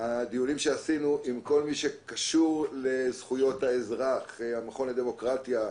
הדיונים שעשינו עם כל מי שקשור לזכויות האזרח: המכון לדמוקרטיה,